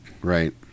Right